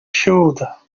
shoulder